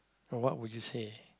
Now what would you say